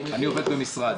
אני עובד במשרד.